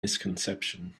misconception